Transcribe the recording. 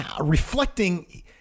reflecting